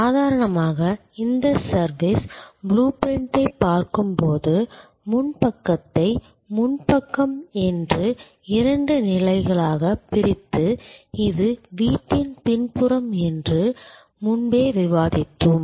சாதாரணமாக இந்த service blue பிரிண்ட்டைப் பார்க்கும் போது முன் பக்கத்தை முன் பக்கம் என்று இரண்டு நிலைகளாகப் பிரித்து இது வீட்டின் பின்புறம் என்று முன்பே விவாதித்தோம்